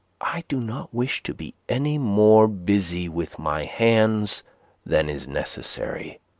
i do not wish to be any more busy with my hands than is necessary.